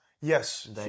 Yes